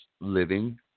living